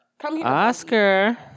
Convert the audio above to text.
Oscar